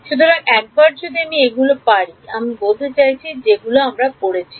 সুতরাং একবার যদি আমি এগুলো পরি আমি বলতে চাইছি যেগুলো আমরা পড়েছি